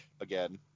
again